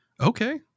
Okay